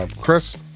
Chris